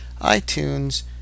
iTunes